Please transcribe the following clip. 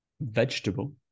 vegetable